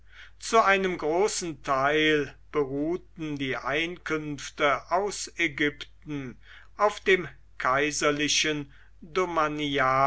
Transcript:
zu einem großen teil beruhten die einkünfte aus ägypten auf dem kaiserlichen